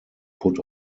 put